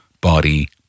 body